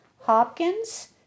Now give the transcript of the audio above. Hopkins